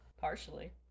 partially